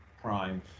prime